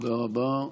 תודה רבה.